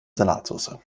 salatsoße